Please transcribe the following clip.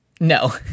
No